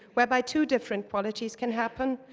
whereby two different qualities can happen.